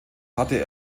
hatte